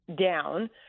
down